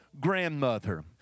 grandmother